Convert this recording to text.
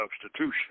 substitution